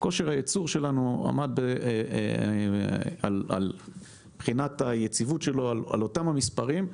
ועמד על אותם מספרים.